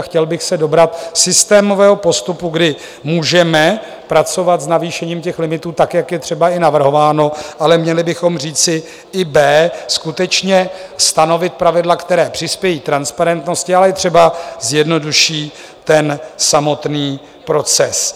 Chtěl bych se dobrat systémového postupu, kdy můžeme pracovat s navýšením limitů, jak je třeba i navrhováno, ale měli bychom říci i B skutečně stanovit pravidla, která přispějí k transparentnosti, ale i třeba zjednoduší samotný proces.